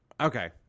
okay